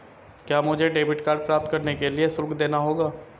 क्या मुझे debit card प्राप्त करने के लिए शुल्क देना होगा?